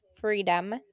freedom